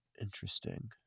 Interesting